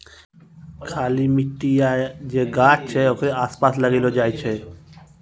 खाली मट्टी या जे गाछ छै ओकरे आसपास लगैलो जाय छै